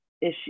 issue